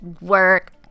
work